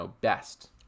best